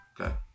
okay